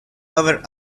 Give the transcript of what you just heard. over